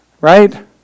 right